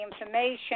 information